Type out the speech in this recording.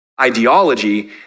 ideology